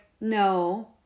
no